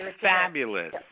fabulous